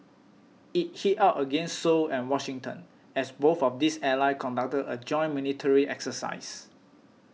it hit out against Seoul and Washington as both of these allies conducted a joint military exercise